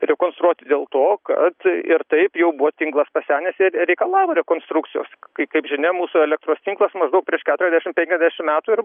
rekonstruoti dėl to kad ir taip jau buvo tinklas pasenęs ir reikalavo rekonstrukcijos kai kaip žinia mūsų elektros tinklas maždaug prieš keturiasdešim penkiasdešim metų ir